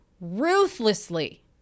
ruthlessly